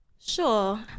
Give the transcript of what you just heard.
Sure